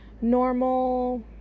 normal